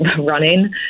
running